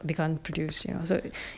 they can't produce ya so